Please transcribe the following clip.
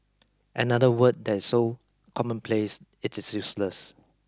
another word that is so commonplace it is useless